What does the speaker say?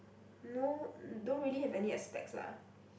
no don't really have any aspects lah